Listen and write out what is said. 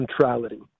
centrality